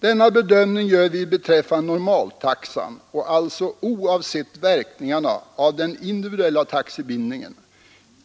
Denna bedömning gör vi beträffande normaltaxan, och alltså oavsett verkningarna av den individuella taxebindningen.